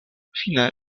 fine